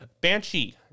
Banshee